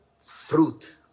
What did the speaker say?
fruit